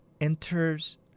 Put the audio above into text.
Enters